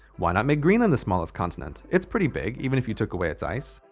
why not make greenland the smallest continent? it's pretty big, even if you took away its ice.